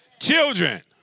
Children